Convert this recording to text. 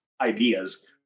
ideas